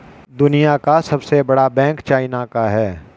दुनिया का सबसे बड़ा बैंक चाइना का है